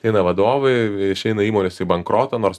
eina vadovai išeina įmonės į bankrotą nors